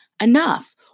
enough